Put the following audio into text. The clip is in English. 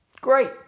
Great